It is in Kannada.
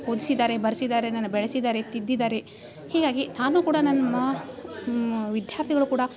ಓದ್ಸಿದ್ದಾರೆ ಬರ್ಸಿದ್ದಾರೆ ನನ್ನ ಬೆಳ್ಸಿದ್ದಾರೆ ತಿದ್ದಿದ್ದಾರೆ ಹೀಗಾಗಿ ನಾನೂ ಕೂಡ ನನ್ನ ಮಾ ವಿದ್ಯಾರ್ಥಿಗಳು ಕೂಡ